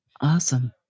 Awesome